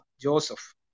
Joseph